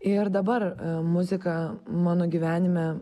ir dabar muzika mano gyvenime